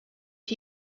are